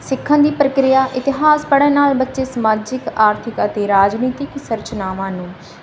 ਸਿੱਖਣ ਦੀ ਪ੍ਰਕਿਰਿਆ ਇਤਿਹਾਸ ਪੜ੍ਹਨ ਨਾਲ ਬੱਚੇ ਸਮਾਜਿਕ ਆਰਥਿਕ ਅਤੇ ਰਾਜਨੀਤਿਕ ਸੰਰਚਨਾਵਾਂ ਨੂੰ